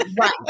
Right